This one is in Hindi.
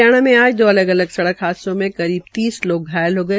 हरियाणा में आज दो अलग अलग सड़क हादसों में करीब तीस लोग घायल हो गये